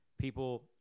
people